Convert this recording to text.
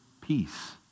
peace